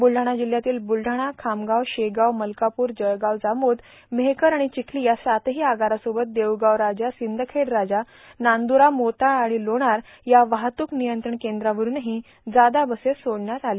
बुलडाणा जिल्ह्यातील बुलडाणा खामगाव शेगाव मलकापूर जळगाव जामोद मेहकर आणि चिखली या सातही आगारासोबतच देऊळगाव राजा सिंदखेड राजा नांद्ररा मोताळा आणि लोणार या वाहतूक नियत्रंण केंद्रावरूनही जादा बसेस सोडण्यात आल्या